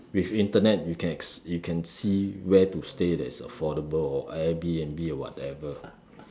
with Internet you can you can see where to stay that is affordable or airbnb or whatever